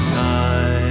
time